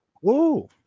Whoa